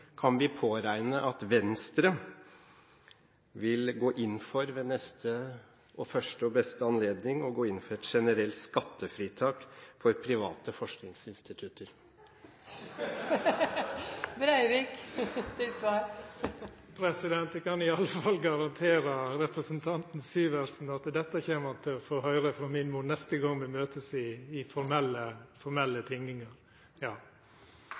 Kan vi påregne at Venstre ved første og beste anledning vil gå inn for et generelt skattefritak for private forskningsinstitutter? Venstre kan i alle fall garantera representanten Syversen at dette kjem han til å få høyra frå min munn neste gong me møtest i formelle tingingar.